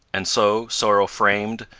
and so, sorrow-framed,